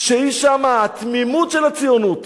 שהיתה שמה, התמימות של הציונות: